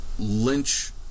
Lynch